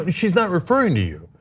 but she's not referring to you.